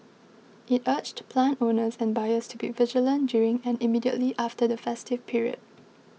it urged plant owners and buyers to be vigilant during and immediately after the festive period